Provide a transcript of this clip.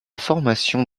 formation